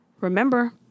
remember